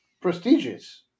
prestigious